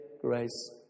grace